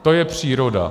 To je příroda.